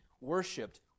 worshipped